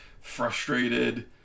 frustrated